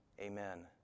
Amen